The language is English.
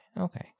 okay